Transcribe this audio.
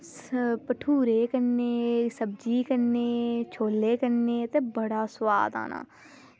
भठुरे कन्नै सब्ज़ी कन्नै छोले कन्नै ते बड़ा सोआद आना